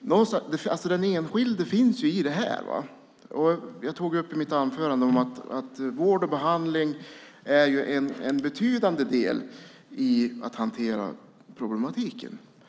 Man får inte glömma den enskilde i detta. Vård och behandling är en betydande del i att hantera problematiken.